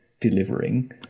delivering